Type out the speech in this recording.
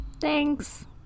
thanks